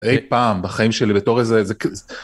אי פעם בחיים שלי בתור איזה...